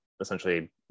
essentially